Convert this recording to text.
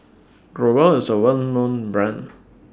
Growell IS A Well known Brand